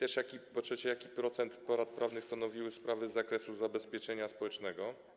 I po trzecie, jaki procent porad prawnych stanowiły sprawy z zakresu zabezpieczenia społecznego?